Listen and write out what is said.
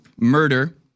murder